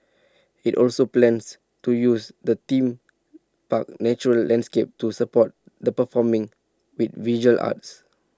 IT also plans to use the theme park's natural landscape to support the performing V visual arts